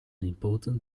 important